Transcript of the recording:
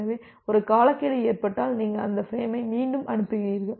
எனவே ஒரு காலக்கெடு ஏற்பட்டால் நீங்கள் அந்த ஃபிரேமை மீண்டும் அனுப்புகிறீர்கள்